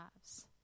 lives